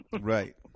Right